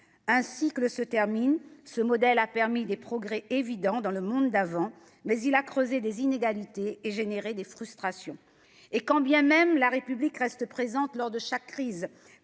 Un cycle se termine. Ce modèle a permis des progrès évidents dans le monde d'avant, mais il a creusé des inégalités et suscité des frustrations. Quand bien même la République reste présente lors de chaque crise-